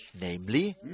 namely